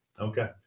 Okay